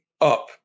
up